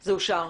זה אושר?